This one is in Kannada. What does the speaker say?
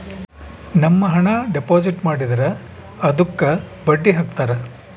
ನಮ್ ಹಣ ಡೆಪಾಸಿಟ್ ಮಾಡಿದ್ರ ಅದುಕ್ಕ ಬಡ್ಡಿ ಹಕ್ತರ